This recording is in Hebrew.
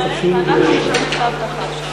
הרווחים הולכים אליהם ואנחנו מטפלים באבטחה שלהם.